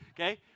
okay